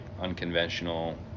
unconventional